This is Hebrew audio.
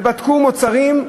ובדקו מוצרים,